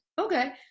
Okay